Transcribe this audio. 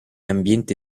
ambiente